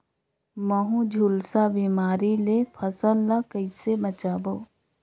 महू, झुलसा बिमारी ले फसल ल कइसे बचाबो?